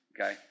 Okay